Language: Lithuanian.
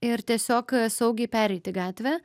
ir tiesiog saugiai pereiti gatvę